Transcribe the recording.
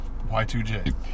Y2J